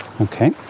Okay